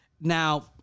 Now